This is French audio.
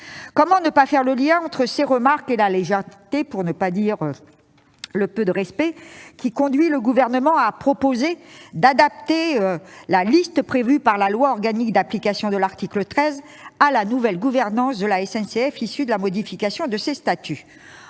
Comment ne pas faire le lien entre ces remarques et la légèreté, pour ne pas dire le peu de respect, qui conduit le Gouvernement à proposer d'adapter la liste prévue par la loi organique, afin de prendre en compte la nouvelle gouvernance de la SNCF à la suite de la modification de ses statuts ?